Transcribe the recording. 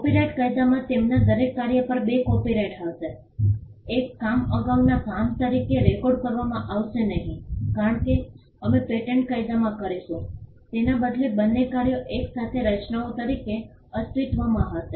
copyright કાયદામાં તેમના દરેક કાર્ય પર બે કોપિરાઇટ હશે એક કામ અગાઉના કામ તરીકે રેકોર્ડ કરવામાં આવશે નહીં કારણ કે અમે પેટન્ટ કાયદામાં કરીશું તેના બદલે બંને કાર્યો એક સાથે રચનાઓ તરીકે અસ્તિત્વમાં હશે